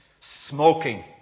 smoking